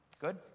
good